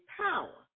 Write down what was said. power